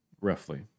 roughly